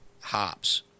hops